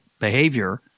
behavior